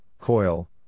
coil